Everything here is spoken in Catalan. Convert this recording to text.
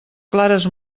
clares